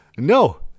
No